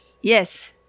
yes